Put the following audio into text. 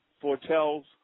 foretells